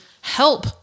help